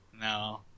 No